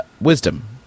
wisdom